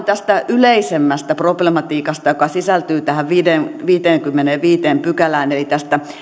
tästä yleisemmästä problematiikasta joka sisältyy tähän viidenteenkymmenenteenviidenteen pykälään eli tästä